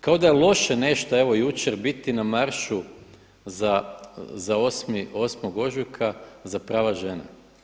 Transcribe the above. Kao da je loše nešto evo jučer biti na maršu za 8. ožujka za prava žena.